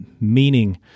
meaning